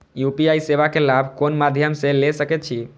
UPI सेवा के लाभ कोन मध्यम से ले सके छी?